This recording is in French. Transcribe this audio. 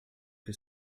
que